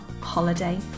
holiday